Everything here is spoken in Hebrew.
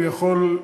אני יכול,